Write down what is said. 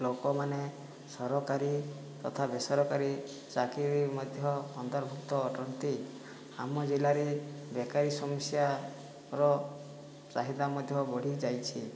ଲୋକମାନେ ସରକାରୀ ତଥା ବେସରକାରୀ ଚାକିରି ମଧ୍ୟ ଅନ୍ତର୍ଭୁକ୍ତ ଅଟନ୍ତି ଆମ ଜିଲ୍ଲାରେ ବେକାରୀ ସମସ୍ୟାର ଚାହିଦା ମଧ୍ୟ ବଢ଼ିଯାଇଛି